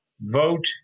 vote